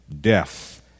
death